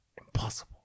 impossible